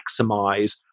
maximize